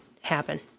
happen